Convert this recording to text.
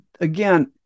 again